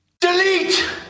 Delete